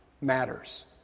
matters